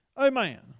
Amen